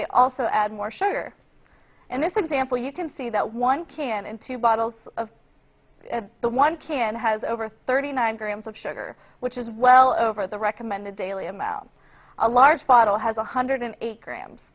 they also add more sugar in this example you can see that one can in two bottles of the one can has over thirty nine grams of sugar which is well over the recommended daily amount a large bottle has one hundred eight grams